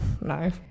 no